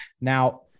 Now